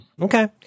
Okay